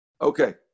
Okay